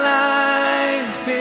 life